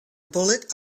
bullet